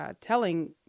telling